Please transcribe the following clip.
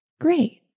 Great